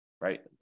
right